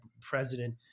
president